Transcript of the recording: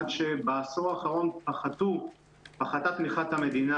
עד שבעשור האחרון פחתה תמיכת המדינה